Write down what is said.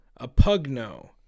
Apugno